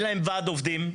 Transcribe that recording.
אין להם ועד עובדים,